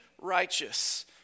righteous